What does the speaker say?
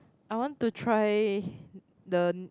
I want to try the